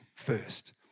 First